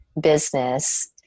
business